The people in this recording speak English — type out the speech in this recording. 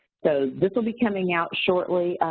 so, this will be coming out shortly.